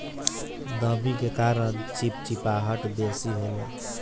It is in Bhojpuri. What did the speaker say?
नमी के कारण चिपचिपाहट बेसी होला